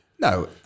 No